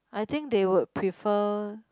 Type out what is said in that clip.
I think they would prefer